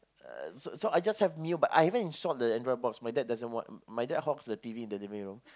uh so so I just have Mio but I haven't installed the Android box my dad doesn't want my dad hogs the T_V in the living room